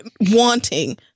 wanting